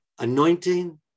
anointing